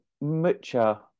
Mucha